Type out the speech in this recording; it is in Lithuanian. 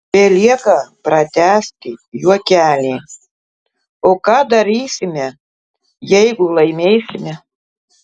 belieka pratęsti juokelį o ką darysime jeigu laimėsime